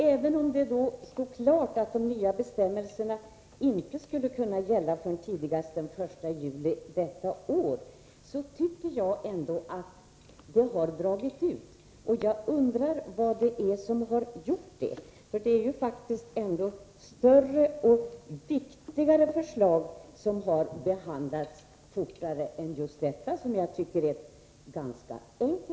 Även om det då stod klart att de nya bestämmelserna inte skulle kunna börja gälla förrän tidigast den 1 juli detta år, tycker jag att det dragit ut på tiden, och jag undrar vad det är som gjort det. Det finns ju större och viktigare förslag som behandlats fortare.